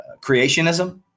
creationism